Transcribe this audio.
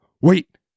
Wait